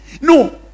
no